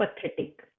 pathetic